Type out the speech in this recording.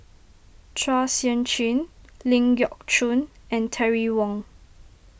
Chua Sian Chin Ling Geok Choon and Terry Wong